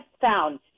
found